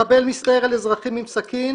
מחבל מסתער על אזרחים עם סכין